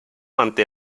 ante